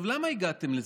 למה הגעתם לזה?